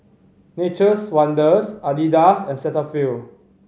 Nature's Wonders Adidas and Cetaphil